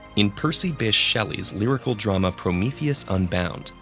in percy bysshe shelley's lyrical drama prometheus unbound,